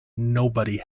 nobody